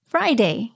Friday